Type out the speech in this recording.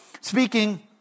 speaking